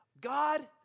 God